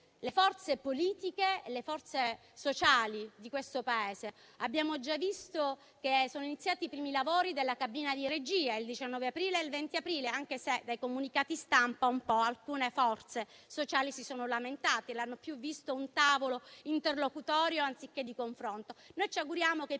le forze politiche e le forze sociali del Paese. Abbiamo già visto che sono iniziati i primi lavori della cabina di regia, il 19 e il 20 aprile, anche se nei comunicati stampa alcune forze sociali si sono lamentate e l'hanno visto più come un tavolo interlocutorio che un confronto. Ci auguriamo che i